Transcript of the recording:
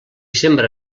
sembra